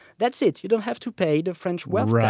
that's it. you don't have to pay the french wealth